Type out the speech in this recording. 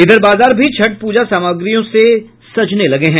इधर बाजार भी छठ प्रजा सामग्रियों से सजने लगे हैं